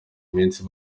iminsi